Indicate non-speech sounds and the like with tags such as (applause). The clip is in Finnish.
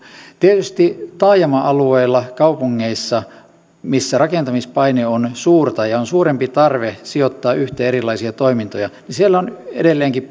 tietysti taajama alueilla ja kaupungeissa missä rakentamispaine on suurta ja on suurempi tarve sijoittaa yhteen erilaisia toimintoja on edelleenkin (unintelligible)